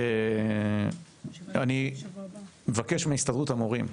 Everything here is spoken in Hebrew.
אני מבקש מהסתדרות המורים,